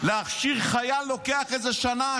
להכשיר חייל לוקח איזה שנה,